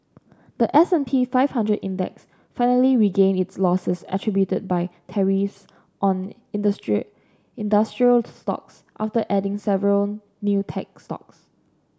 the S and P five hundred Index finally regained its losses attributed by tariffs on industrial stocks after adding several new tech stocks